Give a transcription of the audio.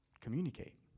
communicate